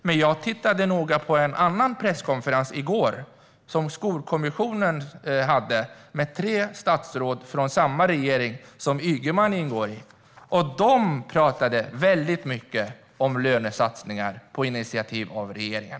Men jag tittade noga på en annan presskonferens i går som Skolkommissionen hade med tre statsråd från samma regering som Ygeman ingår i, och de pratade mycket om lönesatsningar på initiativ av regeringen.